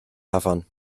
afon